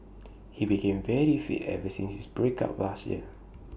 he became very fit ever since his break up last year